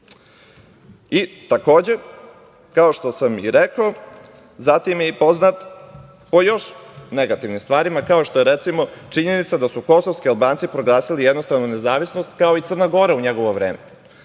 kao što sam i rekao, poznat je po još negativnim stvarima, kao što je recimo činjenica da su kosovski Albanci proglasili jednostranu nezavisnost, kao i Crna Gora u njegovo vreme.